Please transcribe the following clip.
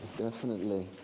definitely.